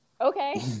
okay